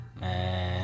Man